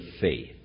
faith